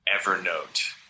Evernote